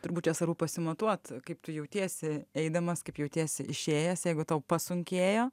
turbūt čia svarbu pasimatuot kaip tu jautiesi eidamas kaip jautiesi išėjęs jeigu tau pasunkėjo